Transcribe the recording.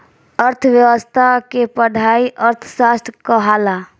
अर्थ्व्यवस्था के पढ़ाई अर्थशास्त्र कहाला